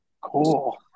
cool